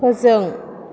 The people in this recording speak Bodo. फोजों